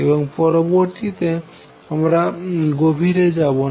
এবং পরবর্তীতে আমরা গভীরে যাবো না